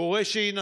קורה שהיא נפלה.